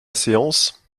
séance